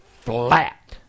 Flat